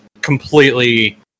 completely